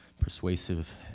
persuasive